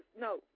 No